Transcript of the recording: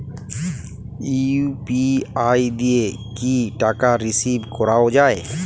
UPI দিয়ে কি টাকা রিসিভ করাও য়ায়?